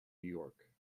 york